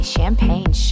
Champagne